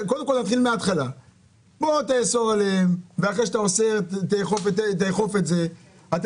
בוא תאסור אליהם, אחרי זה תאכוף את זה.